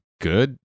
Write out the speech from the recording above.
good